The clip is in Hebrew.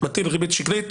מטיל ריבית שקלית,